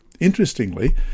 Interestingly